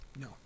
No